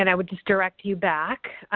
and i would just direct you back.